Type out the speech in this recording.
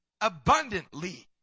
abundantly